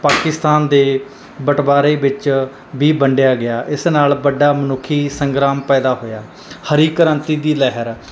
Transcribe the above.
ਪਾਕਿਸਤਾਨ ਦੇ ਬਟਵਾਰੇ ਵਿੱਚ ਵੀ ਵੰਡਿਆ ਗਿਆ ਇਸ ਨਾਲ ਵੱਡਾ ਮਨੁੱਖੀ ਸੰਗਰਾਮ ਪੈਦਾ ਹੋਇਆ ਹਰੀ ਕ੍ਰਾਂਤੀ ਦੀ ਲਹਿਰ